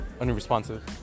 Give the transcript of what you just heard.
unresponsive